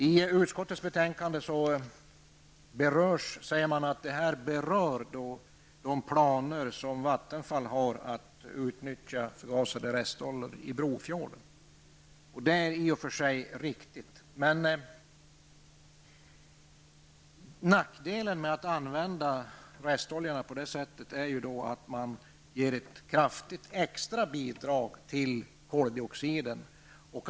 I utskottsbetänkandet säger man att detta berör de planer som Vattenfall har att utnyttja förgasade restoljor i Brofjorden. Det är i och för sig riktigt, men nackdelen med att använda restoljorna på detta sätt är att det bidrar kraftigt till att öka koldioxidutsläppen.